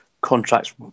contracts